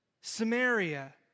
Samaria